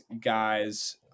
guys